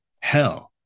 hell